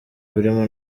birimo